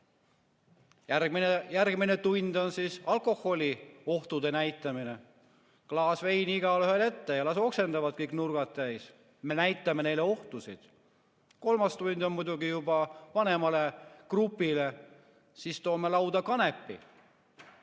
Järgmine tund on alkoholi ohtude näitamine: klaas veini igaühele ette ja las oksendavad kõik nurgad täis. Me näitame neile ohtusid! Kolmas tund on muidugi juba vanemale grupile, siis toome lauda kanepi.